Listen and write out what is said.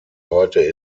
heute